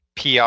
PR